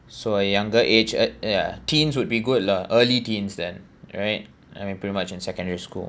so a younger age uh ya teens would be good lah early teens then right I mean pretty much in secondary school